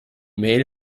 mail